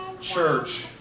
church